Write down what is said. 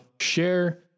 share